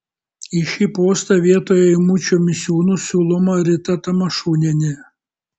į šį postą vietoje eimučio misiūno siūloma rita tamašunienė